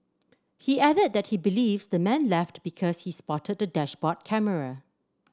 he added that he believes the man left because he spotted the dashboard camera